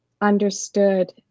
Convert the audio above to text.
understood